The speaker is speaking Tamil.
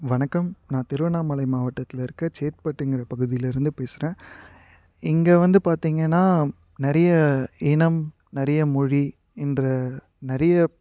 வணக்கம் நான் திருவண்ணாமலை மாவட்டத்தில் இருக்கற சேத்துபட்டுங்கிற பகுதியிலேருந்து பேசுகிறேன் இங்கே வந்து பார்த்தீங்கன்னா நிறைய இனம் நிறைய மொழி என்ற நிறைய